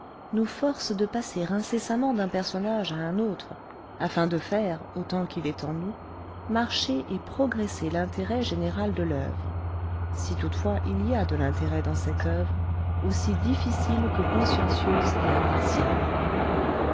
nous forcent de passer incessamment d'un personnage à un autre afin de faire autant qu'il est en nous marcher et progresser l'intérêt général de l'oeuvre si toutefois il y a de l'intérêt dans cette oeuvre aussi difficile que